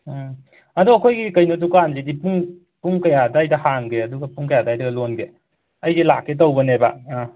ꯎꯝ ꯑꯗꯣ ꯑꯩꯈꯣꯏꯒꯤ ꯀꯩꯅꯣ ꯗꯨꯀꯥꯟꯁꯤꯗꯤ ꯄꯨꯡ ꯄꯨꯡ ꯀꯌꯥ ꯑꯗ꯭ꯋꯥꯏꯗ ꯍꯥꯡꯒꯦ ꯑꯗꯨꯒ ꯄꯨꯡ ꯀꯌꯥ ꯑꯗ꯭ꯋꯥꯏꯗ ꯂꯣꯟꯒꯦ ꯑꯩꯗꯤ ꯂꯥꯛꯀꯦ ꯇꯧꯕꯅꯦꯕ ꯎꯝ